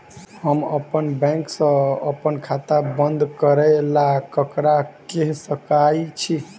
हम अप्पन बैंक सऽ अप्पन खाता बंद करै ला ककरा केह सकाई छी?